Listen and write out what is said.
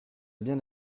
bien